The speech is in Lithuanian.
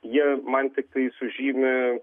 jie man tiktai sužymi